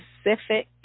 specific